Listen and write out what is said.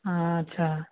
अच्चा